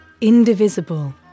Indivisible